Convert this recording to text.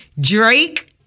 Drake